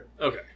Okay